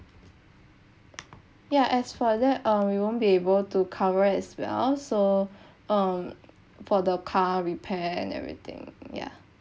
ya as for that um we won't be able to cover as well so um for the car repair and everything yeah